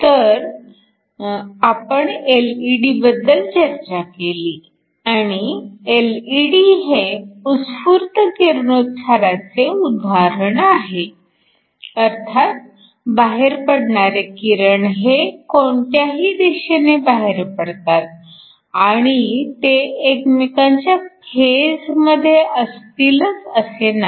तर आपण एलईडीबद्दल चर्चा केली आणि एलईडी हे उत्स्फूर्त किरणोत्साराचे उदाहरण आहे अर्थात बाहेर पडणारे किरण हे कोणत्याही दिशेने बाहेर पडतात आणि ते एकमेकांच्या फेज मध्ये असतीलच असे नाही